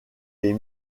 les